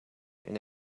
and